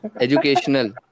educational